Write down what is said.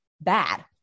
bad